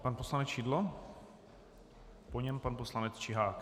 Pan poslanec Šidlo, po něm pan poslanec Čihák.